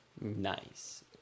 Nice